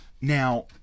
now